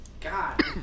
God